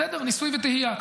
בסדר, ניסוי וטעייה.